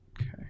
Okay